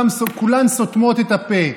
כולן סותמות את הפה.